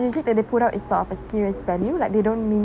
music that they put out is part of a serious value like they don't mean